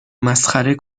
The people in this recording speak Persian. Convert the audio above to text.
مسخره